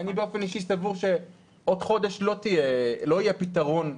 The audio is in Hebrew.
אני באופן אישי סבור שבעוד חודש לא יהיה פתרון,